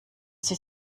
sie